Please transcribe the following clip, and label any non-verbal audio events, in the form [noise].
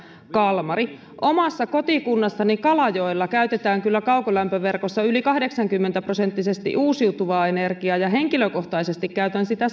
kalmari omassa kotikunnassani kalajoella käytetään kyllä kaukolämpöverkossa yli kahdeksankymmentä prosenttisesti uusiutuvaa energiaa ja henkilökohtaisesti käytän sitä [unintelligible]